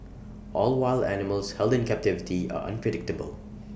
all wild animals held in captivity are unpredictable